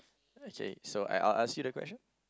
okay so I'll I'll ask you the question